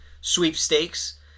sweepstakes